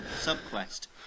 sub-quest